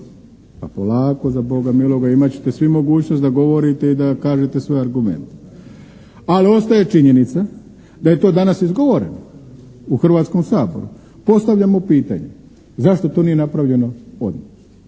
Pa polako, za Boga miloga, imat ćete svi mogućnost da govorite i da kažete svoje argumente. Al' ostaje činjenica da je to danas izgovoreno u Hrvatskom saboru. Postavljamo pitanje zašto to nije napravljeno odmah?